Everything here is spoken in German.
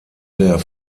der